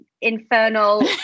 infernal